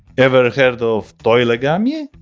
ever heard of toilegami?